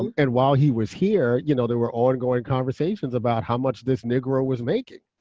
um and while he was here, you know there were ongoing conversations about how much this negro was making.